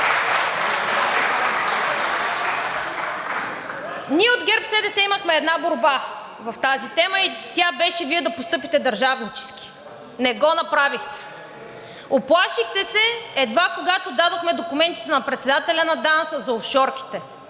Ние от ГЕРБ-СДС имахме една борба в тази тема и тя беше Вие да постъпите държавнически. Не го направихте! Уплашихте се едва когато дадохме документите на председателя на ДАНС за офшорките.